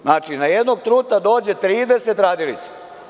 Znači, na jednog truta dođe 30 radilica.